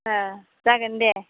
जागोन दे